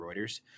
Reuters